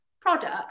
product